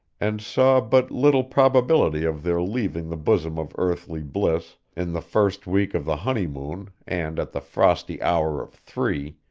and saw but little probability of their leaving the bosom of earthly bliss, in the first week of the honeymoon and at the frosty hour of three,